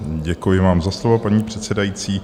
Děkuji vám za slovo, paní předsedající.